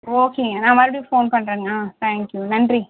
ஓகேங்க நான் மறுபடியும் ஃபோன் பண்ணுறேங்க ஆ தேங்க் யூ நன்றி